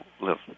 live